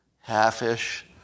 half-ish